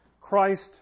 Christ